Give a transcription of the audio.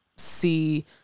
see